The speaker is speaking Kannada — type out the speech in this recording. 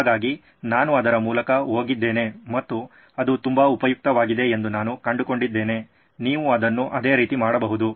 ಹಾಗಾಗಿ ನಾನು ಅದರ ಮೂಲಕ ಹೋಗಿದ್ದೇನೆ ಮತ್ತು ಅದು ತುಂಬಾ ಉಪಯುಕ್ತವಾಗಿದೆ ಎಂದು ನಾನು ಕಂಡುಕೊಂಡಿದ್ದೇನೆ ನೀವು ಅದನ್ನು ಅದೇ ರೀತಿ ಮಾಡಬಹುದು